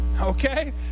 Okay